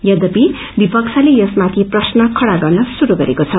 यद्वपि विपक्षले यसमाथि प्रश्न खड़ा गर्न श्रुरू गरेको छ